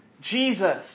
Jesus